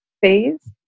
phase